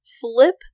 flip